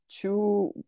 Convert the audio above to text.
two